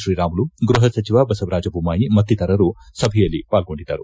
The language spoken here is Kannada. ಶ್ರೀರಾಮುಲು ಗೃಹ ಸಚಿವ ಬಸವರಾಜ್ ಬೊಮ್ಮಾಯಿ ಮತ್ತಿತರರು ಸಭೆಯಲ್ಲಿ ಪಾಲ್ಗೊಂಡಿದ್ದರು